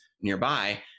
nearby